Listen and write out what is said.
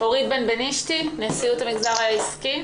אורית בנבנישתי, נשיאות המגזר העסקי,